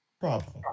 problem